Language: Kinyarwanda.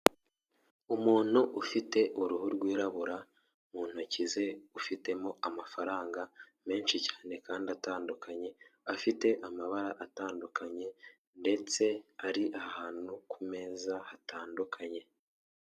Umuntu ufite uruhu rwirabura, mu ntoki ze ufitemo amafaranga menshi cyane kandi atandukanye, afite amabara atandukanye, ndetse ari ahantu ku meza hatandukanye.